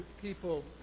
people